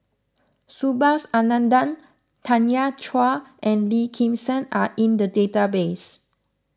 Subhas Anandan Tanya Chua and Lim Kim San are in the database